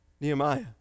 Nehemiah